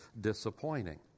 disappointing